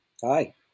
Hi